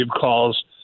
calls